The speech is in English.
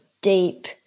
deep